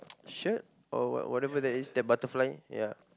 shirt or what whatever that is that butterfly ya